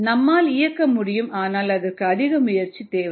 நம்மால் இயக்க முடியும் ஆனால் அதற்கு அதிக முயற்சி தேவை